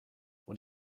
what